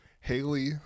Haley